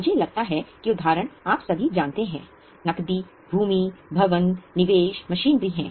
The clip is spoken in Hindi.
मुझे लगता है कि उदाहरण आप सभी जानते हैं कि नकदी भूमि भवन निवेश मशीनरी हैं